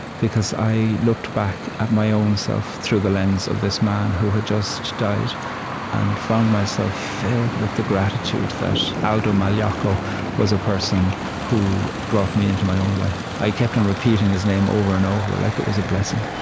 because i looked back at my own self through the lens of this man who had just died and found myself filled with the gratitude that aldo maliacho was a person who brought me into my own life. i kept on repeating his name, over and over, like it was a blessing